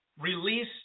release